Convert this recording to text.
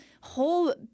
whole